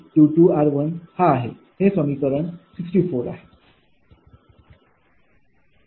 हे समीकरण 64 आहे